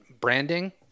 branding